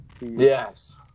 yes